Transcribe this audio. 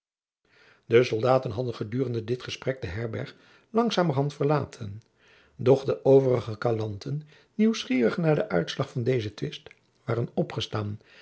de soldaten hadden gedurende dit gesprek de herberg langzamerhand verlaten doch de overige kalanten nieuwsgierig naar den uitslag van dezen twist waren opgestaan